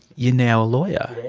you're now a lawyer.